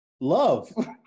Love